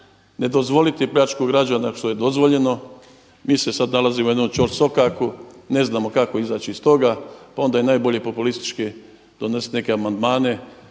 ne dozvoliti pljačku građana što je dozvoljeno. Mi se sada nalazimo u jednom …/Govornik se ne razumije./…, ne znamo kako izaći iz toga, onda je i najbolje populistički donesti neke amandmane